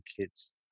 Kids